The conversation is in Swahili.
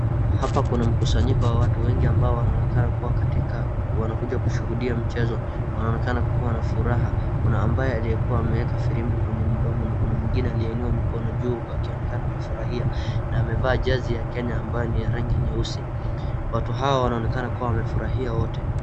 Hapa kuna mkusanyiko wa watu wengi ambao wanaonekana kuwa katika wanakuja kushuhudia mchezo, wanaonekana kuwa na furaha. Kuna ambaye aliyekuwa ameweka firimbi kwenye mdomo na kuna mwingine aliyeinua mkono juu huku akionekana kufurahia na amevaa jezi ya kenya ambayo ni ya rangi nyeusi, watu hawa wanaonekana kuwa wamefurahia wote.